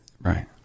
Right